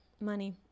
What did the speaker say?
money